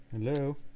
Hello